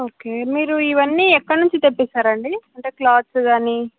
okay మీరు ఇవన్నీ ఎక్కడి నుంచి తెప్పిస్తారండి అంటే క్లాత్స్ కానీ